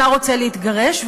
אתה רוצה להתגרש,